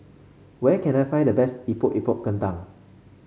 where can I find the best Epok Epok Kentang